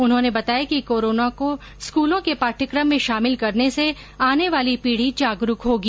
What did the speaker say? उन्होंने बताया कि कोरोना को स्कूलों के पाटयकम में शामिल करने से आने वाली पीढी जागरूक होगी